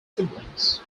siblings